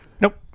Nope